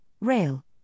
rail